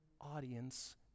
audience